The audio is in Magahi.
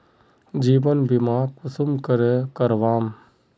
जीवन बीमा कुंसम करे करवाम?